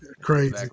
Crazy